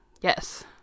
yes